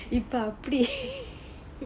இப்போ அப்பிடியே:ippo appidiyae